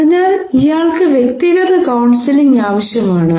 അതിനാൽ ഇയാൾക്ക് വ്യക്തിഗത കൌൺസിലിംഗ് ആവശ്യമാണ്